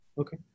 Okay